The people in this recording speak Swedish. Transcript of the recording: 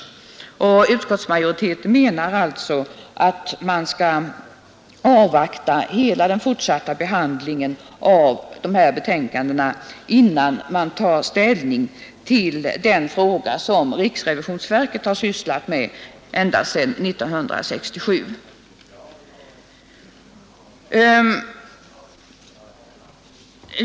Utskottsmajoriteten menar alltså att man bör avvakta hela den fortsatta behandlingen innan man tar ställning till den fråga som riksrevisionsverket har sysslat med ända sedan 1967.